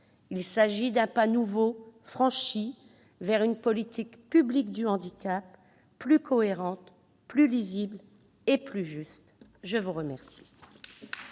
il s'agit d'un pas nouveau franchi vers une politique publique du handicap plus cohérente, plus lisible et plus juste. La parole